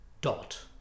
dot